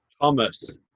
Thomas